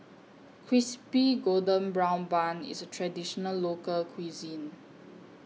Crispy Golden Brown Bun IS Traditional Local Cuisine